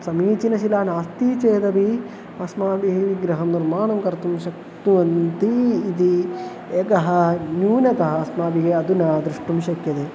समीचीनशिला नास्ति चेदपि अस्माभिः गृहं निर्माणं कर्तुं शक्नुवन्ति इति एका न्यूनता अस्माभिः अधुना द्रष्टुं शक्यते